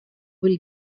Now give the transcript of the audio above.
will